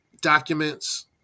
documents